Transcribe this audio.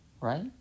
right